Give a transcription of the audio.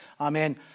amen